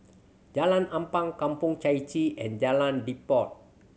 Jalan Ampang Kampong Chai Chee and Jalan Redop